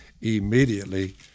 Immediately